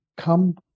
come